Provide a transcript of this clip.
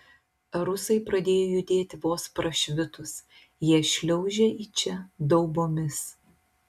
rusai pradėjo judėti vos prašvitus jie šliaužia į čia daubomis